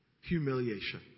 humiliation